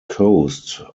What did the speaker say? coast